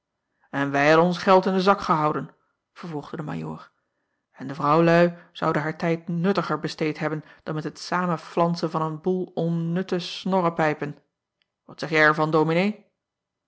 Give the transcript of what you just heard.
n wij hadden ons geld in den zak gehouden vervolgde de ajoor en de vrouwlui zouden haar tijd nuttiger besteed hebben dan met het samenflansen van een boel onnutte snorrepijpen at zeg jij er van ominee